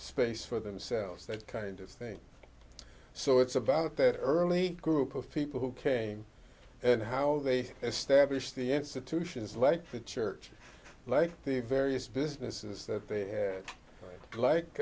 space for themselves that kind of thing so it's about their early group of people who came and how they established the institutions like the church like the various businesses that they had like